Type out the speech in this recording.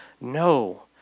No